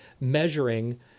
measuring